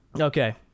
Okay